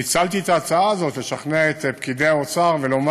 ניצלתי את ההצעה הזאת כדי לשכנע את פקידי האוצר ולומר,